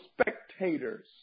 spectators